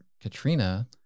Katrina